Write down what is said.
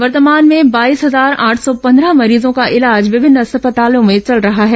वर्तमान में बाईस हजार आठ सौ पन्द्रह मरीजों का इलाज विभिन्न अस्पतालों में चल रहा है